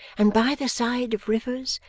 and by the side of rivers,